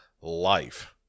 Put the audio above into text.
Life